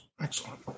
Excellent